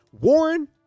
Warren